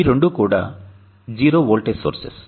ఈ రెండు కూడా జీరో వోల్టేజ్ సోర్సెస్